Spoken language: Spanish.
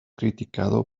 criticado